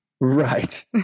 Right